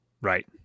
Right